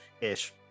ish